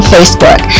Facebook